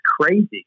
crazy